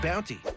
Bounty